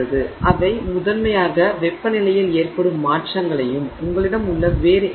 எனவே அவை முதன்மையாக வெப்பநிலையில் ஏற்படும் மாற்றங்களையும் உங்களிடம் உள்ள வேறு எந்த